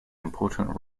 important